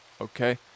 okay